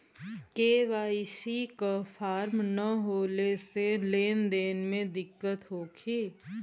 KYC के form न होले से लेन देन में दिक्कत होखी?